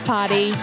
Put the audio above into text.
Party